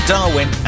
Darwin